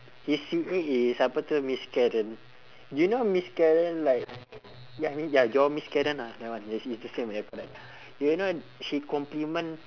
his C_A is apa tu miss karen do you know miss karen like ya you mean ya your miss karen ah that one yes it's the same ya correct do you know she compliment